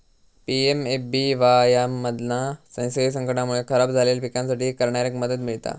PMFBY मधना नैसर्गिक संकटांमुळे खराब झालेल्या पिकांसाठी करणाऱ्याक मदत मिळता